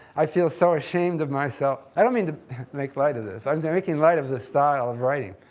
i feel so ashamed of myself. i don't mean to make light of this i'm making light of this style of writing.